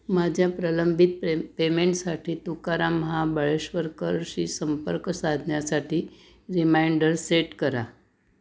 माझ्या प्रलंबित पे पेमेंटसाठी तुकाराम महाबळेश्वरकरशी संपर्क साधण्यासाठी रिमाइंडर सेट करा